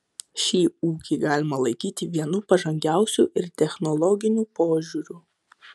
šį ūkį galima laikyti vienu pažangiausių ir technologiniu požiūriu